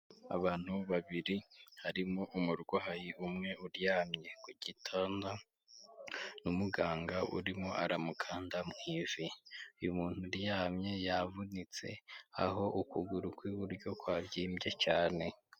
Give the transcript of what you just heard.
Abantu babiri harimo umurwayi umwe uryamye ku gitanda, n'umuganga urimo aramukanda mu ivi. Uyu muntu uryamye yavunitse, aho ukuguru kw'iburyo kwabyimbye cyane.